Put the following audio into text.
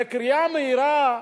בקריאה מהירה,